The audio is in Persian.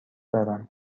دارم